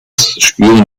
spüren